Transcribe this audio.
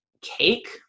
cake